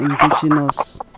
indigenous